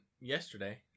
yesterday